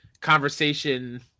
conversation